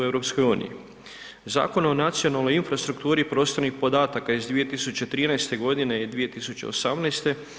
Zakon o nacionalnoj infrastrukturi prostornih podataka iz 2013. i 2018.